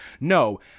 No